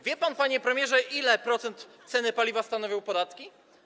Wie pan, panie premierze, ile procent ceny paliwa stanowią podatki?